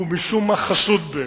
הוא משום מה חשוד בעיני.